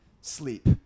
Sleep